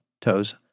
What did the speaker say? Toes